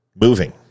moving